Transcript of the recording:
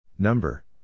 Number